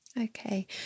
Okay